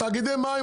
עם תאגידי המים,